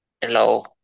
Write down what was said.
Hello